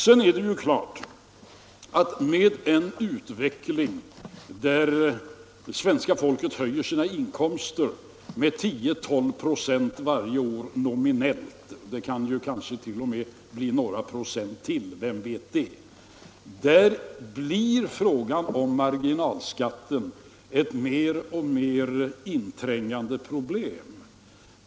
Sedan är det klart att med en utveckling där svenska folket höjer sina inkomster med nominellt 10 å 12 96 varje år — det kan t.o.m. bli några ytterligare procent; vem vet det — blir frågan om marginalskatten ett mer och mer påträngande problem.